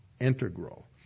integral